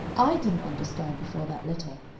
i didn't understand before that letter.